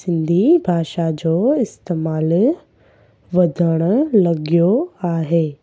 सिंधी भाषा जो इस्तेमाल वधणु लॻियो आहे